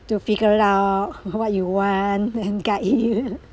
to figure it out what you want and guide you